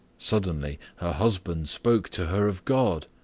suddenly her husband spoke to her of god,